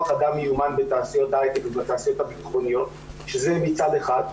אדם מיומן בתעשיות הייטק ובתעשיות הביטחוניות שזה מצד אחד,